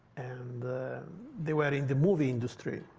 and they were in the movie industry,